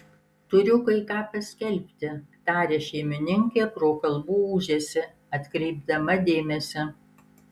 turiu kai ką paskelbti tarė šeimininkė pro kalbų ūžesį atkreipdama dėmesį